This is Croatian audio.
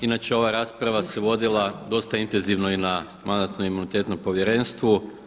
Inače ova rasprava se vodila dosta intenzivno i na Mandatno-imunitetno povjerenstvu.